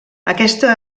aquesta